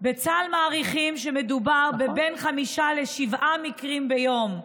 בצה"ל מעריכים שמדובר בחמישה עד שבעה מקרים ביום.